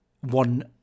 one